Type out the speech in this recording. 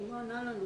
אבל הוא לא ענה לנו